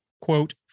quote